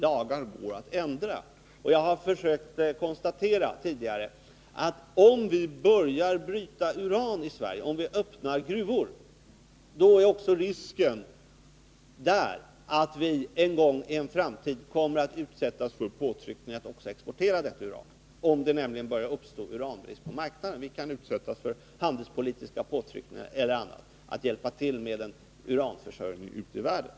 Lagar kan ändras, och jag har tidigare försökt konstatera att det, om vi öppnar urangruvor och börjar bryta uran i Sverige, också finns en risk för att vi en gång i en framtid kommer att utsättas för påtryckningar om att exportera detta uran, nämligen om det börjar uppstå uranbrist på marknaden. Vi kan utsättas för handelspolitiska eller andra påtryckningar för att hjälpa till med en uranförsörjning ute i världen.